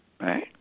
right